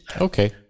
Okay